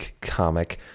comic